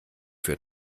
für